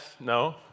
no